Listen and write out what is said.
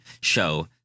show